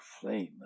flame